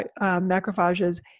macrophages